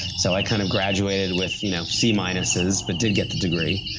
so, i kind of graduated with you know c minuses but did get the degree.